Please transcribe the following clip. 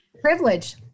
Privilege